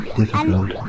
difficult